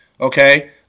okay